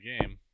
game